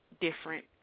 different